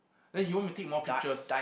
and then he want me to take more pictures